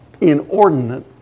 inordinate